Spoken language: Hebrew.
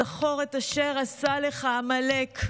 "זכר את אשר עשה לך עמלק,